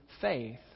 faith